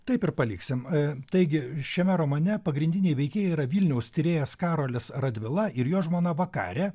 taip ir paliksim taigi šiame romane pagrindiniai veikėjai yra vilniaus tyrėjas karolis radvila ir jo žmona vakarė